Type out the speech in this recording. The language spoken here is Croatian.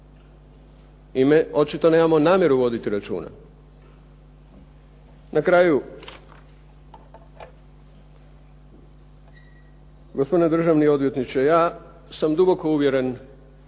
I očito da nemamo namjeru voditi računa. Na kraju, gospodine državni odvjetniče, ja sam duboko uvjeren